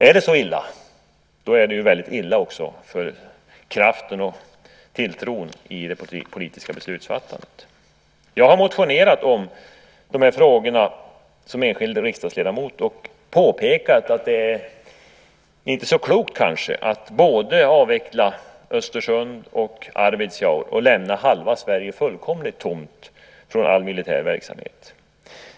Om det är så illa, då är det väldigt illa också för kraften och tilltron när det gäller det politiska beslutsfattandet. Jag har som enskild riksdagsledamot motionerat i de här frågorna och påpekat att det kanske inte är så klokt att avveckla i både Östersund och Arvidsjaur och därmed lämna halva Sverige fullkomligt tomt på all militär verksamhet.